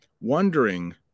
wondering